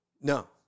no